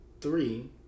three